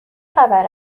خبر